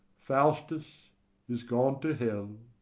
faustus is gone to hell.